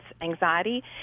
anxiety